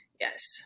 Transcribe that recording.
Yes